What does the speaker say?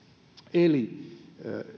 eli